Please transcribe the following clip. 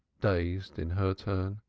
dazed in her turn.